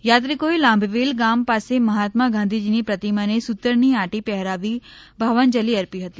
યાત્રિકોએ લાંભવેલ ગામ પાસે મહાત્મા ગાંધીજીની પ્રતિમાને સૂતરની આંટી પહેરાવી ભાવાંજલિ અર્પી હતી